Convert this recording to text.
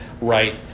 right